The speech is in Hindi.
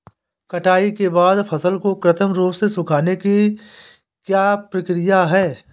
कटाई के बाद फसल को कृत्रिम रूप से सुखाने की क्रिया क्या है?